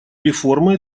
реформы